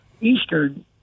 Eastern